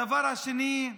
הדבר השני,